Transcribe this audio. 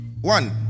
One